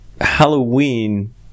Halloween